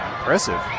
Impressive